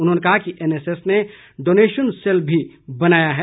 उन्होंने कहा कि एनएसएस ने डॉनेशन सेल भी बनाया है